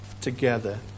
together